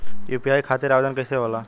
UPI खातिर आवेदन कैसे होला?